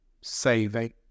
Saving